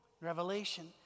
Revelation